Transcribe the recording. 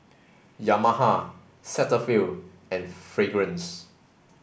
Yamaha Cetaphil and Fragrance